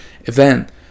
event